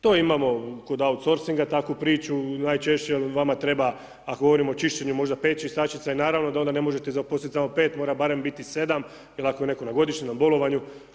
To imamo kod outsourcinga takvu priču najčešće jer vama treba, ako govorimo o čišćenju možda 5 čistačica i naravno da ne možete onda zaposliti samo 5 mora barem biti 7 jel ako je netko na godišnjem, na bolovanju.